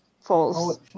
False